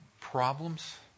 problems